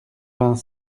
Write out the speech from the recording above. vingt